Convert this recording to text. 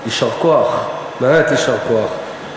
יישר כוח, באמת יישר כוח.